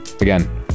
again